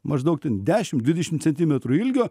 maždaug ten dešim dvidešim centimetrų ilgio